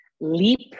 leap